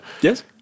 Yes